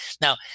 Now